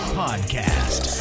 podcast